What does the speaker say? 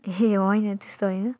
ए होइन त्यस्तो होइन